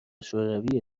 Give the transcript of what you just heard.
شوری